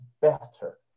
better